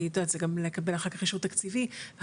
כי את יודעת זה גם לקבל אחר כך אישור תקציבי וכדומה,